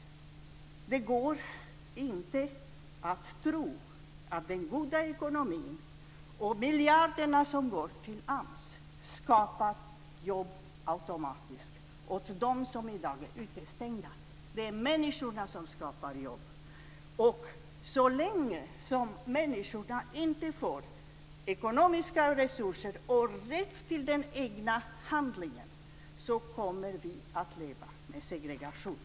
Det går inte att tro att den goda ekonomin och miljarderna som går till AMS skapar jobb automatiskt åt dem som i dag är utestängda. Det är människorna som skapar jobb. Så länge som människorna inte får ekonomiska resurser och rätt till den egna handlingen kommer vi att leva med segregation.